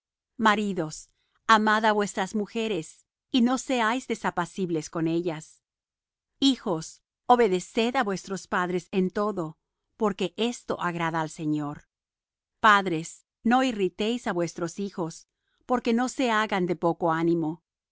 maridos amad á vuestras mujeres y no seáis desapacibles con ellas hijos obedeced á vuestros padres en todo porque esto agrada al señor padres no irritéis á vuestros hijos porque no se hagan de poco ánimo